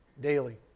Daily